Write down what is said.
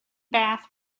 bath